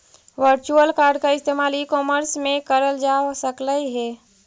virtual card का इस्तेमाल e commerce में करल जा सकलई हे